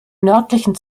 nördlichen